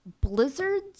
Blizzards